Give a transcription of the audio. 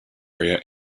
area